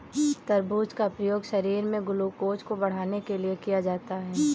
तरबूज का प्रयोग शरीर में ग्लूकोज़ को बढ़ाने के लिए किया जाता है